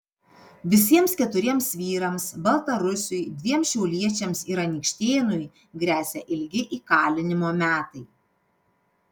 visiems keturiems vyrams baltarusiui dviem šiauliečiams ir anykštėnui gresia ilgi įkalinimo metai